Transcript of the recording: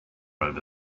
over